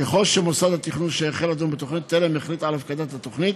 ככל שמוסד התכנון שהחל לדון בתוכנית טרם החליט על הפקדת התוכנית,